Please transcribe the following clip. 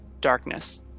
darkness